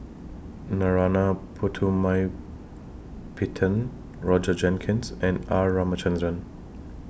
Narana Putumaippittan Roger Jenkins and R Ramachandran